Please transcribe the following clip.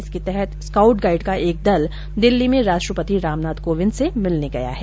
इसके तहत scout guide का एक दल दिल्ली में राष्ट्रपति रामनाथ कोविंद से मिलने गया है